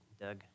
Doug